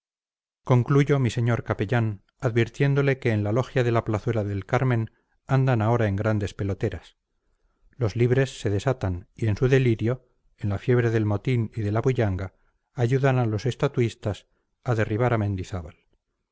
concluyo mi señor capellán advirtiéndole que en la logia de la plazuela del carmen andan ahora en grandes peloteras los libres se desatan y en su delirio en la fiebre del motín y de la bullanga ayudan a los estatuistas a derribar a mendizábal